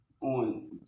on